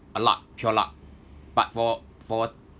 uh luck pure luck but for for